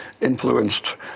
influenced